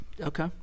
Okay